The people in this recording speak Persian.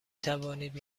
توانید